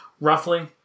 roughly